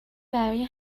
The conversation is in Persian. برای